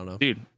Dude